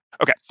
Okay